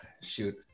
shoot